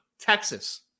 Texas